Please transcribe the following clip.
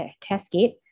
cascade